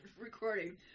recording